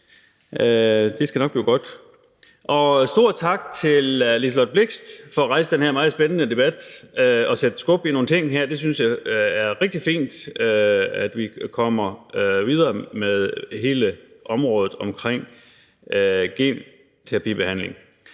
Det skal nok blive godt. Og en stor tak til Liselott Blixt for at rejse den her meget spændende debat og sætte skub i nogle ting. Jeg synes, det er rigtig fint, at vi kommer videre med hele området for genterapibehandling.